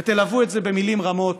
ותלוו את זה במילים רמות